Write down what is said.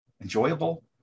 enjoyable